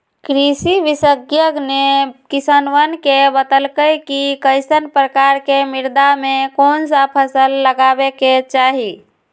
कृषि विशेषज्ञ ने किसानवन के बतल कई कि कईसन प्रकार के मृदा में कौन सा फसल लगावे के चाहि